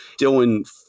Dylan